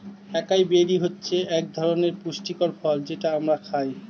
একাই বেরি হচ্ছে একধরনের পুষ্টিকর ফল যেটা আমরা খাই